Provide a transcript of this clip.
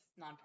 nonprofit